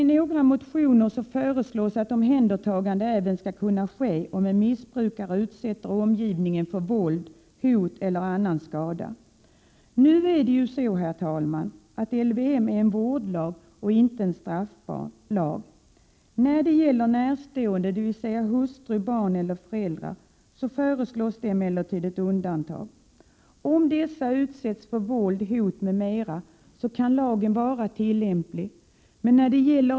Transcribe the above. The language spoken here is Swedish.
I några motioner föreslås att omhändertagande skall kunna ske även när en missbrukare utsätter omgivningen för våld, hot eller annan skada. LVM, herr talman, är ju en vårdlag och inte en strafflag. För närstående, dvs. hustru, barn eller föräldrar, föreslås emellertid ett undantag. Om närstående utsatts för våld, hot m.m. skall lagen kunna tillämpas.